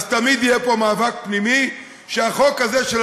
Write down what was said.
אז תמיד יהיה פה מאבק פנימי שהחוק הזה של